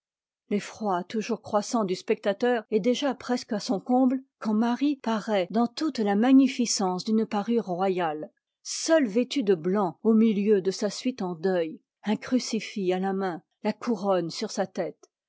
l'effroi toujours croissant du spectateur est déjà presqu'à son comble quand marie paraît dans toute ta magnificence d'une parure rbyate seule vêtue de blanc au milieu de sa suite en deuil un crucifix à la main la couronne sur sa tête